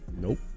Nope